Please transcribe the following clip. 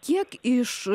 kiek iš